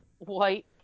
White